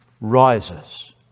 rises